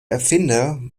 erfinder